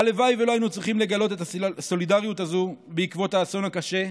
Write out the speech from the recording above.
הלוואי שלא היינו צריכים לגלות את הסולידריות הזו בעקבות האסון הקשה,